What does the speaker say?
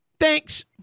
Thanks